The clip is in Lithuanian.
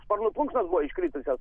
sparnų plunksnos buvo iškritusios